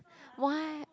what